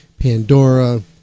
Pandora